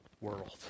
world